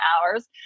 hours